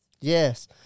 Yes